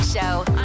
Show